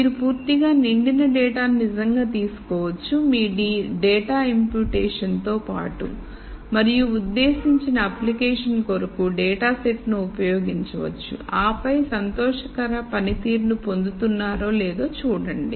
మీరు పూర్తిగా నిండిన డేటాను నిజంగా తీసుకోవచ్చు మీ డేటా ఇంప్యుటేషన్ తో పాటు మరియు ఉద్దేశించిన అప్లికేషన్ కొరకు డేటా సెట్ ను ఉపయోగించవచ్చు ఆపై సంతోషకర పనితీరును పొందుతున్నారో లేదో చూడండి